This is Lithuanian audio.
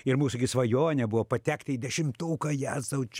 ir mūsų gi svajonė buvo patekti į dešimtuką jėzau čia